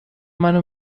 منو